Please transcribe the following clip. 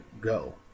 Go